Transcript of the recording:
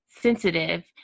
sensitive